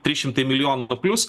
trys šimtai milijonų dar plius